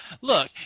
look